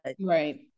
right